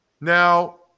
Now